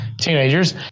teenagers